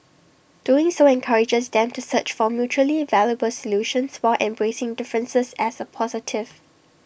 doing so encourages them to search for mutually valuable solutions while embracing differences as A positive